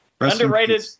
Underrated